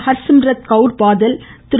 Harsimrat Kaur Badal Thiru